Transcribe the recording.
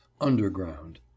underground